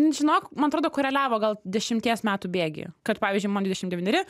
žinok man atrodo koreliavo gal dešimties metų bėgy kad pavyzdžiui man dvidešimt devyneri